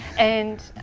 and